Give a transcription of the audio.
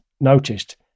noticed